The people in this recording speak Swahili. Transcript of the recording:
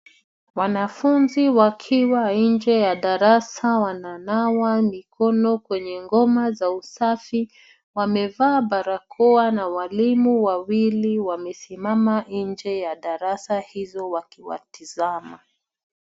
Wanafunzi wakiwa nje ya darasa wananawa mikono kwenye ngoma za usafi. Wamevaa barakoa na walimu wawili wamesimama nje ya darasa hizo wakiwatazama.